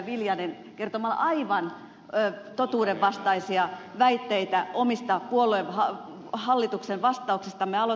viljanen kertomalla aivan totuudenvastaisia väitteitä omistaa puoleensa hallituksen vastauksesta meal